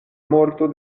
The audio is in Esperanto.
morto